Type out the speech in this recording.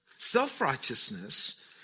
Self-righteousness